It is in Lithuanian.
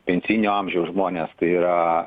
pensijinio amžiaus žmonės tai yra